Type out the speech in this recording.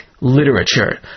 literature